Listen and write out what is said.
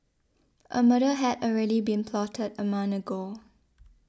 a murder had already been plotted a month ago